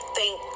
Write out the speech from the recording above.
Thank